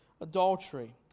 adultery